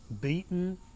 beaten